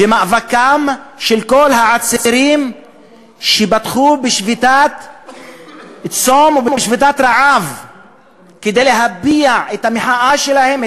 ומאבקם של כל העצירים שפתחו בצום ובשביתת רעב כדי להביע את המחאה שלהם,